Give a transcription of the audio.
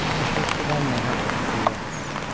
what's worked for them might not work for the us.